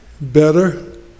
better